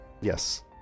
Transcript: Yes